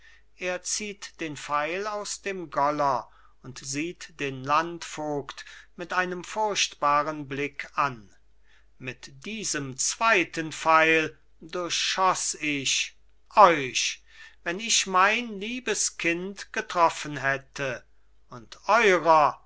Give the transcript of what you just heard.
er zieht den pfeil aus dem goller und sieht den landvogt mit einem furchtbaren blick an mit diesem zweiten pfeil durchschoss ich euch wenn ich mein liebes kind getroffen hätte und eurer